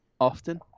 often